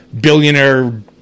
billionaire